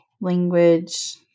language